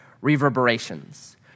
reverberations